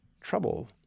trouble